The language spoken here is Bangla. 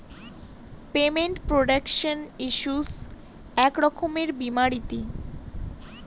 পেমেন্ট প্রটেকশন ইন্সুরেন্স এক রকমের বীমা নীতি